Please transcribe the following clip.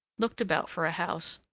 looked about for a house,